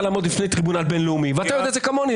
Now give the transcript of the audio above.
לעמוד בפני טריבונל בינלאומי ואתה יודע את זה כמוני,